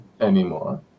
anymore